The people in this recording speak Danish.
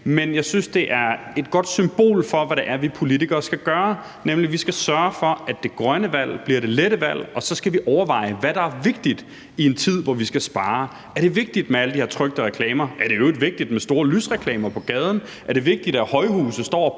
men jeg synes, det er et godt symbol på, hvad det er, vi politikere skal gøre, nemlig at vi skal sørge for, at det grønne valg bliver det lette valg, og så skal vi overveje, hvad der er vigtigt i en tid, hvor vi skal spare. Er det vigtigt med alle de her trykte reklamer? Er det i øvrigt vigtigt med store lysreklamer på gaden? Er det vigtigt, at højhuse står og banker